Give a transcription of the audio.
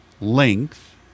length